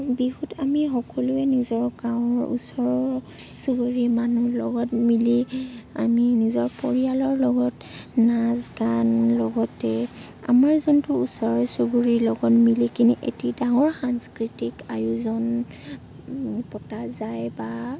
বিহুত আমি সকলোৱে নিজৰ গাঁও ওচৰৰ চুবুৰীৰ মানুহ লগত মিলি আমি নিজৰ পৰিয়ালৰ লগত নাচ গান লগতে আমাৰ যোনটো ওচৰৰ চুবুৰীৰ লগত মিলি কিনে এটি ডাঙৰ সাংস্কৃতিক আয়োজন পতা যায় বা